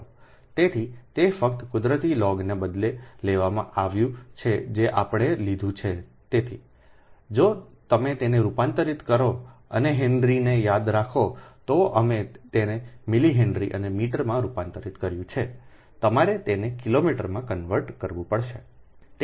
તેથી તે ફક્ત કુદરતી લોગને બદલે લેવામાં આવ્યું છે જે આપણે લીધું છે તેથી જો તમે તેને રૂપાંતરિત કરો અને હેનરીને યાદ રાખો તો અમે તેને મિલી હેનરી અને મીટરમાં રૂપાંતરિત કર્યું છે તમારે તેને કિલોમીટરમાં કન્વર્ટ કરવું પડશે